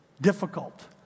difficult